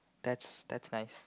that's that's nice